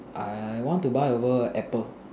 I want to buy over apple